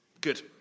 Good